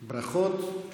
ברכות.